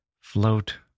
float